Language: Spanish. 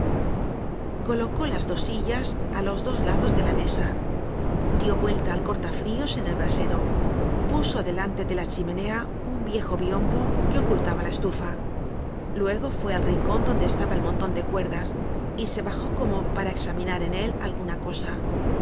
colocó las dos sillas á los dos lados de la mesa dió vuelta al corlafrios en el brasero puso delante de la chimenea un viejo biombo que ocultaba la estufa luego fué al rincon donde estaba el monton de cuerdas y se bajó como para examinar en él alguna cosa